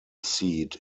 seat